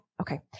Okay